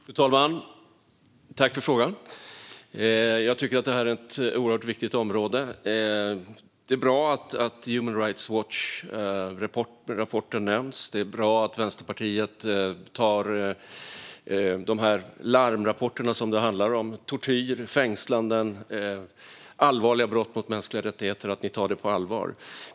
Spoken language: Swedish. Fru talman! Tack för frågan, Yasmine Posio! Det här är ett viktigt område. Det är bra att Human Rights Watchs rapporter nämns. Det är bra att Vänsterpartiet tar larmrapporterna om tortyr, fängslanden och allvarliga brott mot mänskligheten på allvar.